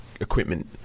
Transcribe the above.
equipment